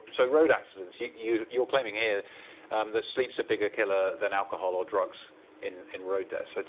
so road accidents yeah you're you're claiming here that sleep's a bigger killer than alcohol or drugs in in road deaths. but